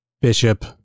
Bishop